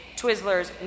twizzlers